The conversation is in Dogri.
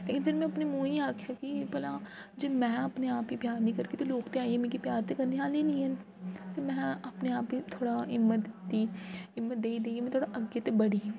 लेकिन फेर में अपने मुंहै गी आखेआ कि भला जे में अपने आप गी प्यार नि करगी ते लोक ते आइयै मिगी प्यार करने आह्ले नि हैन ते में अपने आप गी थोह्ड़ा हिम्मत दित्ती हिम्म्मत देई देई में थोह्ड़ा अग्गें ते बड़ी